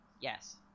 yes